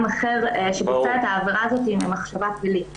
אחר שביצע את העבירה הזו עם מחשבה פלילית.